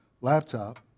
laptop